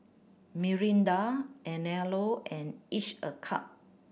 Mirinda Anello and Each a Cup